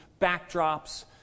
backdrops